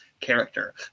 character